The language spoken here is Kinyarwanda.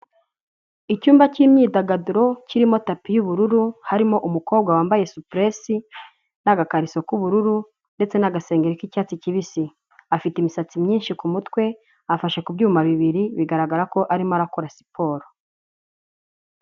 Icyumba cy'imyidagaduro kirimo tapi y'ubururu, harimo umukobwa wambaye supuresi n'agakariso k'ubururu ndetse n'agasengeri k'icyatsi kibisi, afite imisatsi myinshi ku mutwe, afashe ku byuma bibiri bigaragara ko arimo arakora siporo.